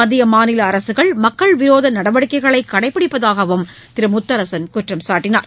மத்திய மாநில அரசுகள் மக்கள் விரோத நடவடிக்கைகளை கடைபிடிப்பதாகவும் திரு முத்தரசன் குற்றம் சாட்டினார்